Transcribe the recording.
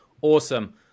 Awesome